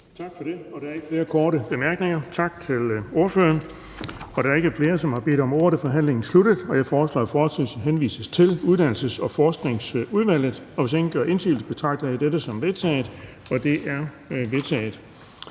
Tak for det. Der er ikke flere korte bemærkninger. Tak til ordføreren. Da der ikke er flere, som har bedt om ordet, er forhandlingen sluttet. Jeg foreslår, at forslaget til folketingsbeslutning henvises til Uddannelses- og Forskningsudvalget. Hvis ingen gør indsigelse, betragter jeg dette som vedtaget. Det er vedtaget.